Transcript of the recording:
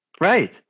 Right